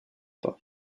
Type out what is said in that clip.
pas